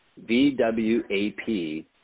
VWAP